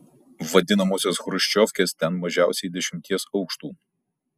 vadinamosios chruščiovkes ten mažiausiai dešimties aukštų